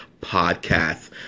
podcast